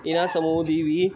ਇਹਨਾਂ ਸਮੂਹ ਦੀ ਵੀ